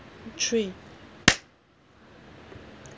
three